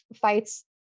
fights